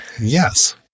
Yes